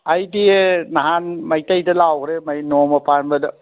ꯑꯩꯗꯤ ꯅꯍꯥꯟ ꯃꯩꯇꯩꯗ ꯂꯥꯎꯒ꯭ꯔꯣ ꯅꯣꯡꯃ ꯄꯥꯟꯕꯗ